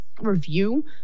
review